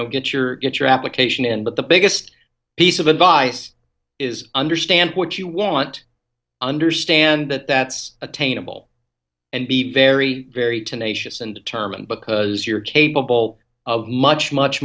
know get your get your application in but the biggest piece of advice is understand what you want understand that that's attainable and be very very tenacious and turman because you're capable of much much